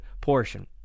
portion